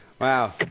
Wow